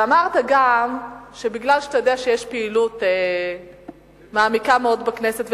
וגם אמרת שמכיוון שאתה יודע שיש פעילות מעמיקה מאוד בכנסת,